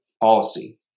policy